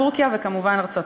טורקיה וכמובן ארצות-הברית.